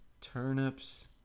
turnips